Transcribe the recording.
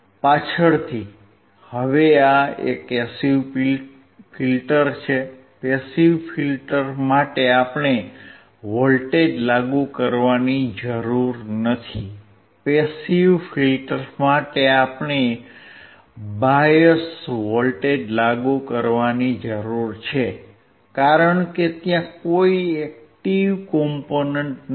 પાછળથી હવે આ એક પેસીવ ફિલ્ટર છે પેસીવ ફિલ્ટર માટે આપણે વોલ્ટેજ લાગુ કરવાની જરૂર નથી પેસીવ ફિલ્ટર માટે આપણે બાયસ વોલ્ટેજ લાગુ કરવાની જરૂર છે કારણ કે ત્યાં કોઈ એક્ટીવ કોમ્પોનેંટ નથી